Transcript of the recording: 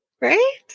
Right